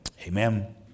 Amen